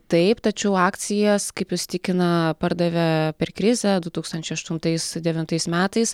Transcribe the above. taip tačiau akcijas kaip jis tikina pardavė per krizę du tūkstančiai aštuntais devintais metais